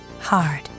Hard